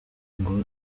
ngo